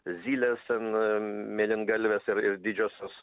zylės ten mėlyngalvės ir ir didžiosios